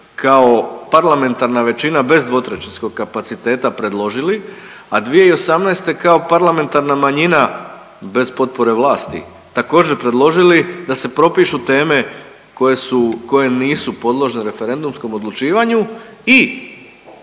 kao parlamentarna većina bez dvotrećinskog kapaciteta predložili, a 2018. kao parlamentarna manjina bez potpore vlasti, također predložili da se propišu teme koje su, koje nisu podložne referendumskom odlučivanju i